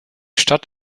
stadt